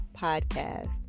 podcast